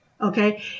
okay